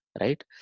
right